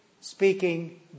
speaking